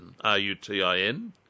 R-U-T-I-N